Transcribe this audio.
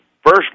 First